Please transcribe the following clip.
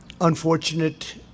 unfortunate